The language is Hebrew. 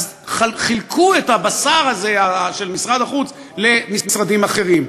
חילקו את הבשר הזה של משרד החוץ למשרדים אחרים.